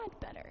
better